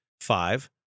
five